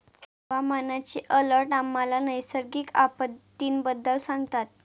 हवामानाचे अलर्ट आम्हाला नैसर्गिक आपत्तींबद्दल सांगतात